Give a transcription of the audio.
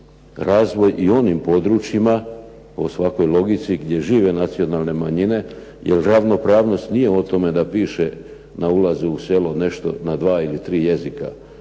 razvoj i onim područjima po svakoj logici gdje žive nacionalne manjine, jer ravnopravnost nije o tome da piše na ulazu u selo nešto na dva ili tri jezika.